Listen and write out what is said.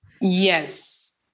Yes